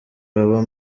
baba